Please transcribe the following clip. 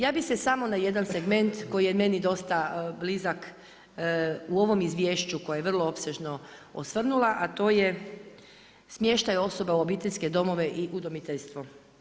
Ja bih se samo na jedan segment koji je meni dosta blizak u ovom izvješću koje je vrlo opsežno osvrnula a to je smještaj osoba u obiteljske domove i udomiteljstvo.